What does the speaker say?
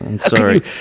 Sorry